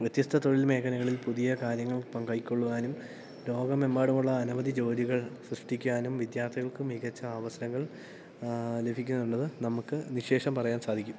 വ്യത്യസ്ത തൊഴിൽ മേഖലകളിൽ പുതിയ കാര്യങ്ങൾ പങ്ക് കൈക്കൊള്ളുവാനും ലോകമെമ്പാടുമുള്ള അനവധി ജോലികൾ സൃഷ്ടിക്കാനും വിദ്യാർത്ഥികൾക്ക് മികച്ച അവസരങ്ങൾ ലഭിക്കുന്നുണ്ടെന്ന് നമുക്ക് നിശേഷം പറയാൻ സാധിക്കും